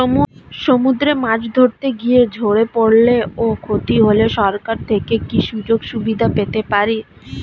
সমুদ্রে মাছ ধরতে গিয়ে ঝড়ে পরলে ও ক্ষতি হলে সরকার থেকে কি সুযোগ সুবিধা পেতে পারি?